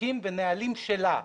חוקים ונהלים שלה,